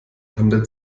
handel